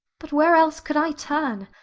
but where else could i turn?